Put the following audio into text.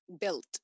built